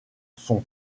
son